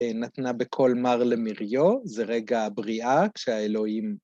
נתנה בכל מר למריו, זה רגע הבריאה כשהאלוהים...